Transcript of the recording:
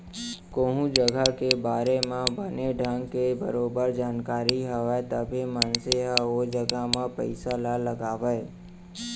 कोहूँ जघा के बारे म बने ढंग के बरोबर जानकारी हवय तभे मनसे ह ओ जघा म पइसा ल लगावय